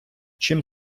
чим